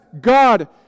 God